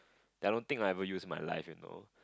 I don't think I will ever use my life you know